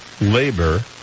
labor